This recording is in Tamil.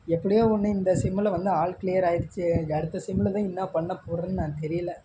எப்படியோ ஒன்று இந்த செம்மில் வந்து ஆல் கிளியர் ஆகிடிச்சு அடுத்த செம்மில் தான் என்ன பண்ண போகிறேன்னு நான் தெரியலை